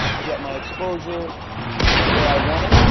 get my exposure where i want it.